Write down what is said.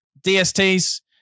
DSTs